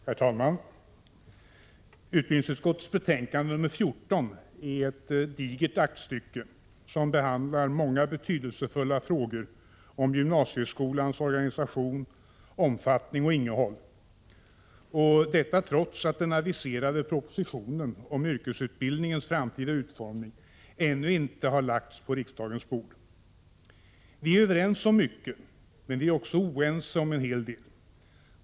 Herr talman! Utbildningsutskottets betänkande nr 14 är ett digert aktstycke, som behandlar många betydelsefulla frågor om gymnasieskolans organisation, omfattning och innehåll — och detta trots att den aviserade propositionen om yrkesutbildningens framtida utformning ännu inte lagts på riksdagens bord. Vi är överens om mycket, men vi är också oense om en hel del.